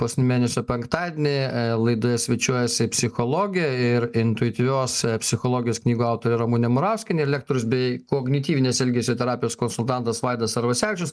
paskutinį mėnesio penktadienį laidoje svečiuojasi psichologė ir intuityvios psichologijos knygų autorė ramunė murauskienė lektorius bei kognityvinės elgesio terapijos konsultantas vaidas arvasevičius